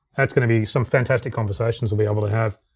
that's gonna be some fantastic conversations we'll be able to have.